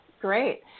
great